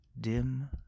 dim